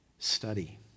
Study